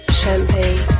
champagne